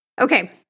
Okay